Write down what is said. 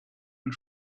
and